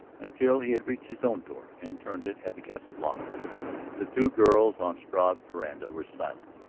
until he had reached his own door and turned it at the casa blanca the two girls on struve's veranda were silent.